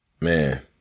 man